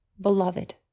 beloved